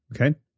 Okay